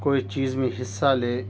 کوئی چیز میں حصہ لے